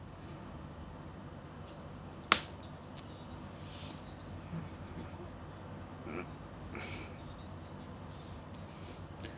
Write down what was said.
mm